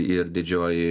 ir didžioji